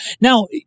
Now